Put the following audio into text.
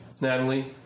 Natalie